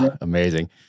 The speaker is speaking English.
Amazing